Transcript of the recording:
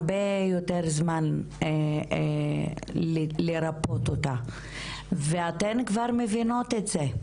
ייקח לנו הרבה יותר זמן לרפאות אותה ואתן כבר מבינות את זה.